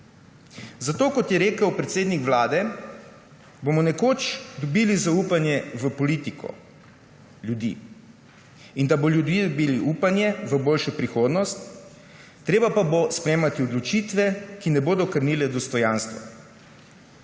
Zato, kot je rekel predsednik Vlade, bomo nekoč dobili zaupanje v politiko, ljudi. Da bodo ljudje dobili upanje v boljšo prihodnost, pa bo treba sprejemati odločitve, ki ne bodo krnile dostojanstva.